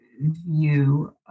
view